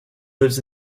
lives